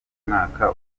umwaka